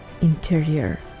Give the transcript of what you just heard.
interior